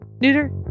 neuter